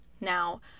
Now